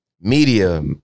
media